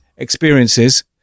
experiences